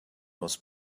was